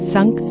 Sunk